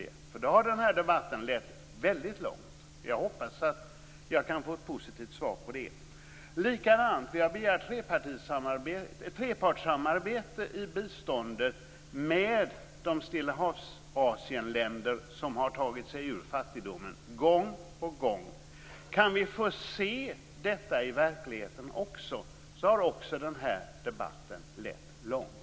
I så fall har den här debatten lett väldigt långt. Jag hoppas att jag kan få ett positivt svar på den frågan. Vi har gång på gång begärt ett trepartssamarbete i biståndet med de länder i Stillahavsasien som har tagit sig ur fattigdomen. Kan vi få se detta också i verkligheten, så har den här debatten lett långt.